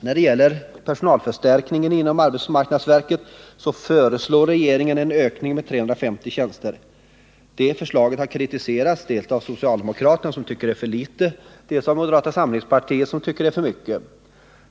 När det gäller personalförstärkningen inom arbetsmarknadsverket föreslår regeringen en ökning med 350 tjänster. Det förslaget har kritiserats dels av socialdemokraterna som tycker det är för litet, dels av moderata samlingspartiet som tycker det är för mycket.